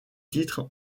titres